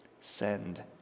send